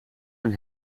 een